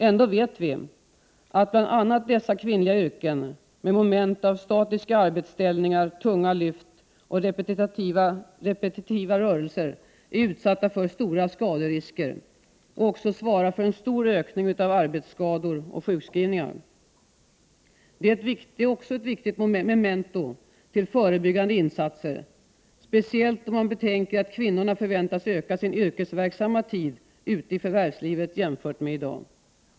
Ändå vet vi att bl.a. dessa kvinnliga yrken med moment av statiska arbetsställningar, tunga lyft och repetitiva rörelser är förknippade med stora skaderisker och också svarar för en stor ökning av antalet arbetsskador och sjukskrivningar. Det är ett viktigt memento också till förebyggande insatser, speciellt om man betänker att kvinnorna förväntas öka sin yrkesverksamma tid ute i förvärvslivet jämfört med i dag.